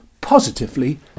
positively